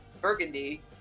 Burgundy